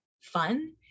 fun